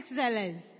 excellence